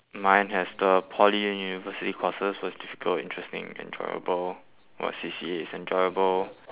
mine has the poly and university courses what's difficult interesting and enjoyable what C_C_A is enjoyable